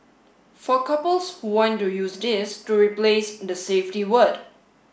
for couples who want to use this to replace the safety word